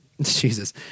Jesus